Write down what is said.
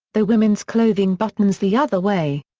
though women's clothing buttons the other way.